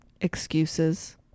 excuses